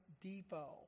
Depot